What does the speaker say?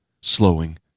slowing